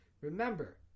Remember